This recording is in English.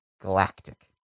Galactic